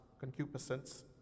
concupiscence